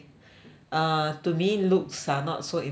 err to me looks are not so important